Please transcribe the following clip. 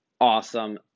awesome